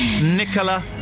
Nicola